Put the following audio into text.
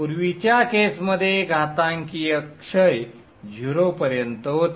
पूर्वीच्या केसमध्ये घातांकीय क्षय 0 पर्यंत होते